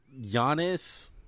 Giannis